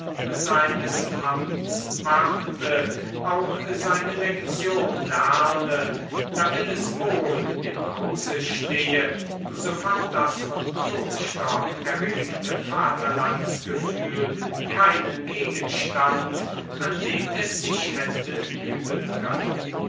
seines amts warte auch seine lektion lerne damit es wohl im hause stehe so fand das von klopstock erregte vaterlandsgefühl keinen gegenstand an dem es sich hätte üben können